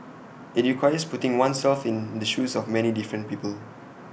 IT requires putting oneself in the shoes of many different people